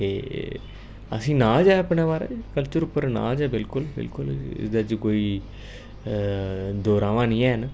ते असेंगी नाज ऐ अपने महाराज कल्चर उप्पर नाज ऐ बिलकुल बिलकुल ऐह्दे च कोई दो राम्हां नि हैन